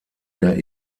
der